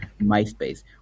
MySpace